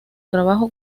trabajo